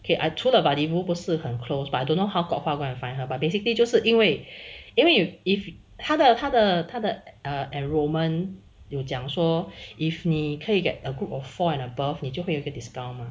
okay I 除了 vadi voo 不是很 close but I don't know how kok hua go and find her but basically 就是因为因为 if 他的他的他的 enrolment 有讲说 if 你可以 get a group of four and above 你就会有一个 discount 吗